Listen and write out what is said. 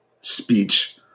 speech